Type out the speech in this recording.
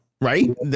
right